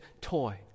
toy